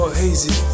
hazy